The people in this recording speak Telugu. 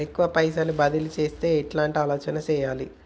ఎక్కువ పైసలు బదిలీ చేత్తే ఎట్లాంటి ఆలోచన సేయాలి?